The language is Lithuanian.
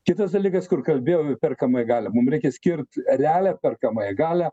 kitas dalykas kur kalbėjom apie perkamąją galią mum reikia skirt realią perkamąją galią